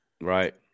Right